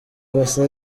gusa